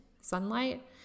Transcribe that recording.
sunlight